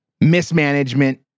Mismanagement